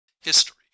History